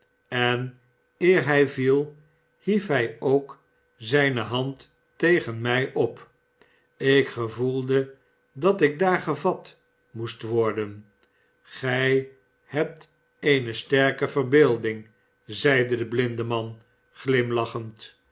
en eer hij viel hief hij k zijne hand tegen mij op ik gevoelde dat ik daar gevat moest worden gij hebt eene sterke verbeelding zeide de blindeman glimlachend